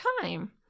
time